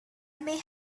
may